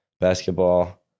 Basketball